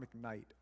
McKnight